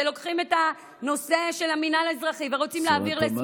ולוקחים את הנושא של המינהל האזרחי ורוצים להעביר לסמוטריץ'.